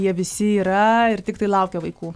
o knygose jie visi yra ir tiktai laukia vaikų